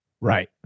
right